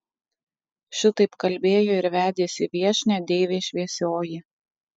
šitaip kalbėjo ir vedėsi viešnią deivė šviesioji